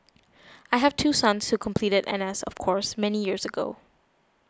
I have two sons who completed N S of course many many years ago